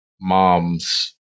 mom's